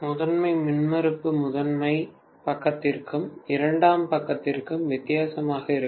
முதன்மை மின்மறுப்பு முதன்மை பக்கத்திற்கும் இரண்டாம் பக்கத்திற்கும் வித்தியாசமாக இருக்கும்